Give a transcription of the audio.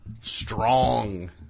strong